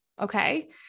Okay